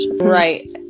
Right